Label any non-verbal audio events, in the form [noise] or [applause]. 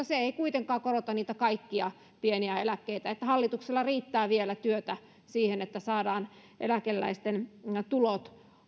[unintelligible] se ei kuitenkaan korota kaikkia pieniä eläkkeitä joten hallituksella riittää vielä työtä siinä että saadaan eläkeläisten tulot